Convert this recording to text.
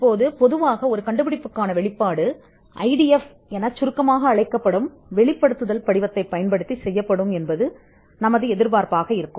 இப்போது பொதுவாக ஒரு கண்டுபிடிப்பு வெளிப்படுத்தல் படிவம் அல்லது சுருக்கமாக ஐடிஎஃப் எனப்படும் வெளிப்பாடு செய்யப்படும் என்று நீங்கள் எதிர்பார்க்கலாம்